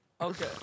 Okay